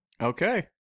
okay